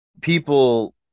people